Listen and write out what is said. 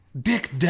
Dick